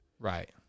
right